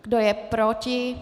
Kdo je proti?